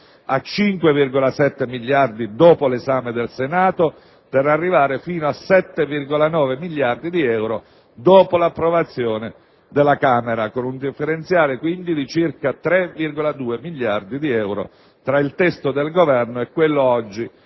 a 5,7 miliardi dopo l'esame del Senato, per arrivare infine a 7,9 miliardi di euro dopo l'approvazione della Camera, con un differenziale di circa 3,2 miliardi di euro tra il testo del Governo e quello oggi